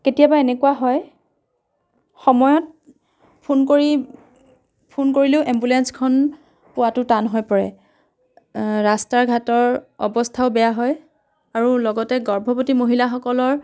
কেতিয়াবা এনেকুৱা হয় সময়ত ফোন কৰি ফোন কৰিলেও এম্বুলেঞ্চখন পোৱাতো টান হৈ পৰে ৰাস্তা ঘাটৰ অৱস্থাও বেয়া হয় আৰু লগতে গৰ্ভৱতী মহিলাসকলৰ